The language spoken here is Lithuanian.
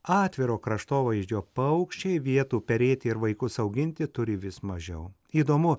atviro kraštovaizdžio paukščiai vietų perėti ir vaikus auginti turi vis mažiau įdomu